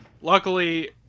Luckily